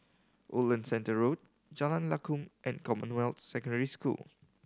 Woodland Centre Road Jalan Lakum and Commonwealth Secondary School